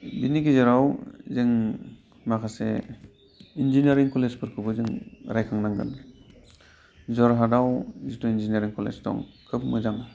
बेनि गेजेराव जों माखासे इन्जिनियारिं कलेजफोरखौबो जों रायखांनांगोन जरहाटआव जितु इन्जिनियारिं कलेज दं खोब मोजां